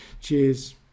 Cheers